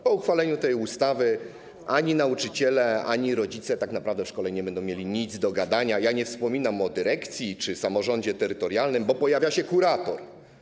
Po uchwaleniu tej ustawy ani nauczyciele, ani rodzice tak naprawdę w szkole nie będą mieli nic do gadania - nie wspominam o dyrekcji czy samorządzie terytorialnym - bo pojawia się kurator.